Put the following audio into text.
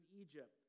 Egypt